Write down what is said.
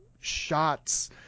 shots